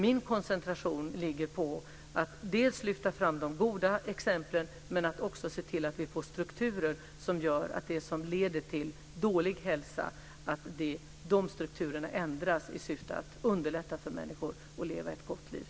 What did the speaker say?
Min koncentration ligger på att dels lyfta fram de goda exemplen, dels se till att vi får strukturer som gör att de strukturer som leder till dålig hälsa ändras i syfte att underlätta för människor att leva ett gott liv.